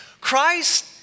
Christ